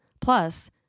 Plus